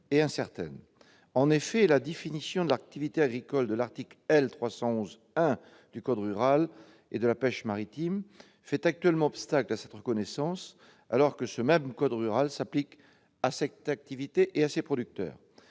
En effet, la définition de l'activité agricole qui figure à l'article L. 311-1 du code rural et de la pêche maritime fait actuellement obstacle à cette reconnaissance, alors que ce même code s'applique à cette activité et à ses producteurs.